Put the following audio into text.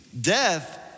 death